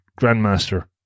grandmaster